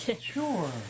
Sure